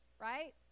right